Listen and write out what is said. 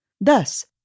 Thus